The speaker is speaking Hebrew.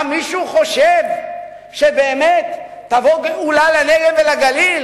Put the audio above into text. מישהו חושב שבאמת תבוא גאולה לנגב ולגליל